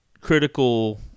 critical